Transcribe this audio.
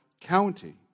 county